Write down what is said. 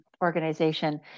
organization